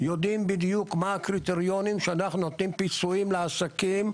יודעים בדיוק מה הקריטריונים שאנחנו נותנים פיצויים לעסקים,